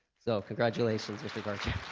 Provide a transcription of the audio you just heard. so congratulations. mr. karcher